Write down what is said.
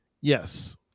Yes